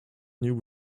new